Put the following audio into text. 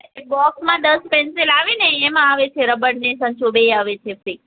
એ બોક્સમાં દસ પેન્સિલ આવે ને એમાં આવે છે રબર ને સંચો બેય આવે છે ફ્રી